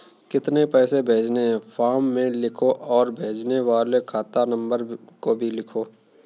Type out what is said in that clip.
कितने पैसे भेजने हैं फॉर्म में लिखो और भेजने वाले खाता नंबर को भी लिखो